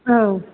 औ